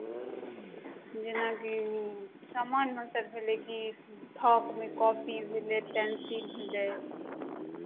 जेनाकि समान मतलब भेलै कि थोकमे कॉपी भेलै पेंसिल भेलै